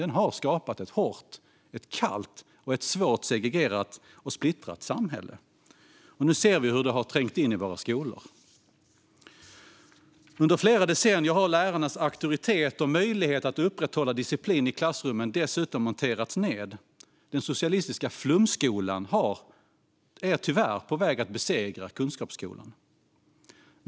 Den har skapat ett hårt, ett kallt och ett svårt segregerat och splittrat samhälle. Nu ser vi hur det har trängt in i våra skolor. En annan förklaring är att lärarnas auktoritet och möjlighet att upprätthålla disciplin i klassrummen under flera decennier har monterats ned. Den socialistiska flumskolan är tyvärr på väg att besegra kunskapsskolan.